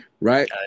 Right